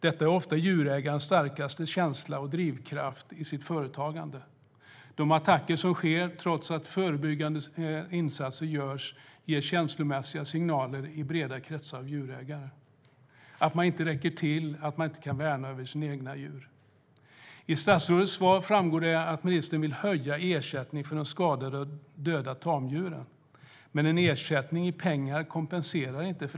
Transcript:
Detta är ofta djurägarens starkaste känsla och drivkraft i sitt företagande. De attacker som sker, trots att förebyggande insatser görs, ger känslomässiga signaler i breda kretsar av djurägare - att man inte räcker till och inte kan värna sina egna djur. Av statsrådets svar framgick att ministern vill höja ersättningen för skadade och döda tamdjur, men en ersättning i pengar kompenserar inte.